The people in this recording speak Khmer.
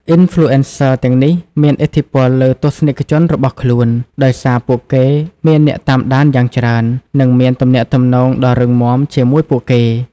Influencers ទាំងនេះមានឥទ្ធិពលលើទស្សនិកជនរបស់ខ្លួន ដោយសារពួកគេមានអ្នកតាមដានយ៉ាងច្រើន និងមានទំនាក់ទំនងដ៏រឹងមាំជាមួយពួកគេ។